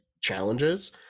challenges